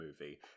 movie